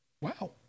Wow